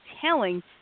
telling